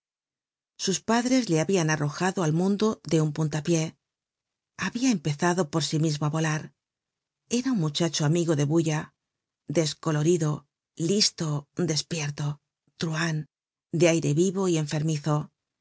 sus padres le habian arrojado al mundo de un puntapie habia empezado por sí mismo á volar era un muchacho amigo de bulla descolorido listo despierto v truhan de aire vivo y enfermizo